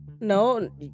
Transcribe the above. no